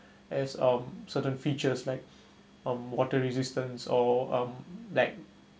as um certain features like um water resistance or um like